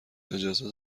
اجازه